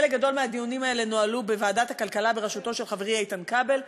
חלק גדול מהדיונים האלה נוהלו בוועדת הכלכלה בראשותו של חברי איתן כבל.